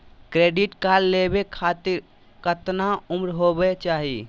Credit card लेवे खातीर कतना उम्र होवे चाही?